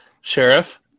Sheriff